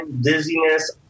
dizziness